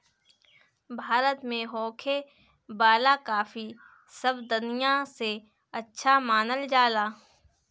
भारत में होखे वाला काफी सब दनिया से अच्छा मानल जाला